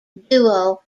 duo